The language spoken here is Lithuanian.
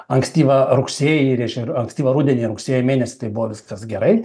ankstyvą rugsėjį ir ežerų ankstyvą rudenį rugsėjo mėnesį tai buvo viskas gerai